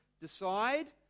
decide